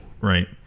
right